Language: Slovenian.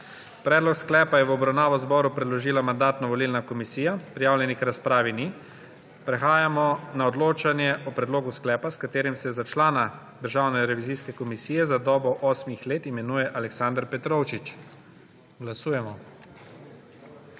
Predlog sklepa je v obravnavo zboru predložila Mandatno-volilna komisija. Prijavljenih k razpravi ni. Prehajamo na odločanje o predlogu sklepa, s katerim se za člana Državne revizijske komisije za dobo osmih let imenuje Aleksander Petrovčič. Glasujemo.